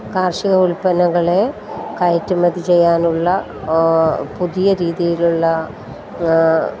കാർഷിക ഉൽപന്നങ്ങളെ കയറ്റുമതി ചെയ്യാനുള്ള പുതിയ രീതിയിലുള്ള